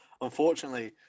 unfortunately